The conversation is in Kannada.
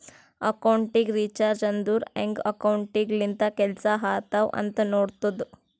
ಅಕೌಂಟಿಂಗ್ ರಿಸರ್ಚ್ ಅಂದುರ್ ಹ್ಯಾಂಗ್ ಅಕೌಂಟಿಂಗ್ ಲಿಂತ ಕೆಲ್ಸಾ ಆತ್ತಾವ್ ಅಂತ್ ನೋಡ್ತುದ್